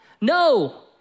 No